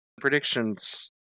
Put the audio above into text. predictions